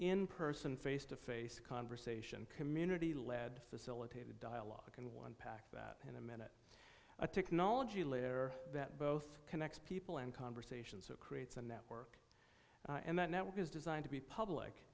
in person face to face conversation community led facilitated dialogue and one pack that intimate a technology layer that both connects people and conversations that creates a network and that network is designed to be public